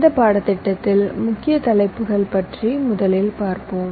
இந்த பாடத்திட்டத்தில் முக்கிய தலைப்புகள் பற்றி முதலில் பார்ப்போம்